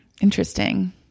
Interesting